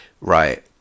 right